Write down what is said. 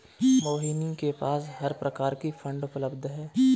मोहिनी के पास हर प्रकार की फ़ंड उपलब्ध है